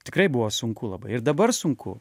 tikrai buvo sunku labai ir dabar sunku